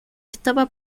estaba